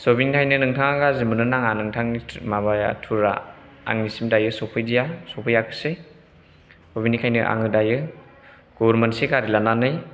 स' बिनि थाखायनो नोंथाङा गाज्रि मोननो नाङा नोंथांनि माबाया टुरा आंनिसिम दायो सौफैदिया सौफैयाखसै बेनिखायनो आङो दायो गुबुन मोनसे गारि लानानै